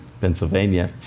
Pennsylvania